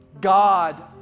God